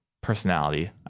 personality